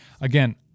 again